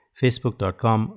facebook.com